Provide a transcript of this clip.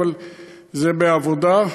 אבל זה בעבודה.